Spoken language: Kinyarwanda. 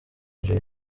jay